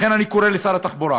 לכן, אני קורא לשר התחבורה